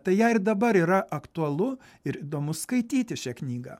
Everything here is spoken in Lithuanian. tai ją ir dabar yra aktualu ir įdomu skaityti šią knygą